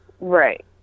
Right